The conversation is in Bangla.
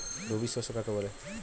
রবি শস্য কাকে বলে?